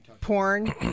Porn